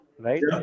right